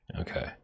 Okay